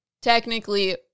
Technically